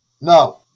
No